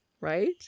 Right